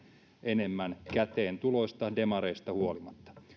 enemmän käteen tuloistaan demareista huolimatta